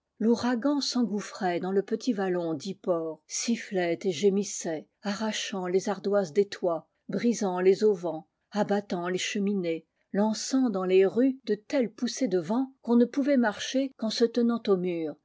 l'ouragan s'engouffrait dans le petit vallon d'yport sifflait et gémissait arrachant les ardoises des toits brisant les auvents abattant les cheminées lançant dans les rues de telles poussées de vent qu'on ne pouvait marcher qu'en se tenant aux murs